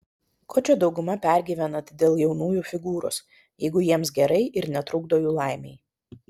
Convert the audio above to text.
ko čia dauguma pergyvenat dėl jaunųjų figūros jeigu jiems gerai ir netrukdo jų laimei